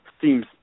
seems